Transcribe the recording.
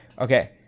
Okay